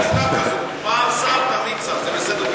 פעם שר תמיד שר, יש, כזאת.